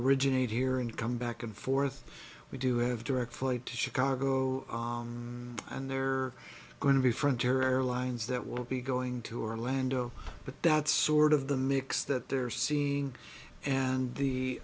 originate here and come back and forth we do have direct flight to chicago and there are going to be front terror lines that will be going to orlando but that's sort of the mix that they're seeing and the